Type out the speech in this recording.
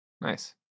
Nice